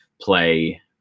play